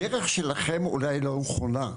הדרך שלכם אולי לא נכונה,